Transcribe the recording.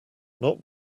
not